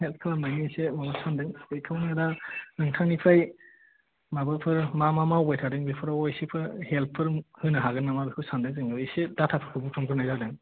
help खालामनायनि एसे माबा सानदों बेखौनो दा नोंथांनिफ्राय माबाफोर मा मा मावबाय थादों बेफोराव एसेफोर हेल्पफोर जों होनो हागोन नामा बेखौ सान्दों जोङो एसे डाटा फोरखौ बुथुमगोरनाय जादों